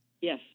Yes